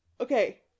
Okay